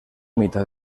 mitad